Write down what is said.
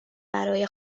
برای